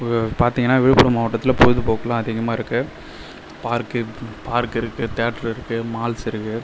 இப்போ பார்த்தீங்கன்னா விழுப்புரம் மாவட்டத்தில் பொழுதுபோக்குலாம் அதிகமாக இருக்கு பார்க்கு பார்க் இருக்கு தியேட்ர் இருக்கு மால்ஸ் இருக்கு